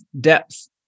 depth